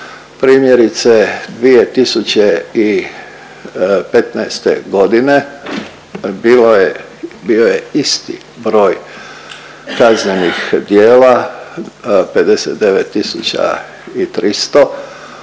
Primjerice 2015. godine bilo je, bio je isti broj kaznenih djela 59.300